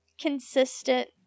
consistent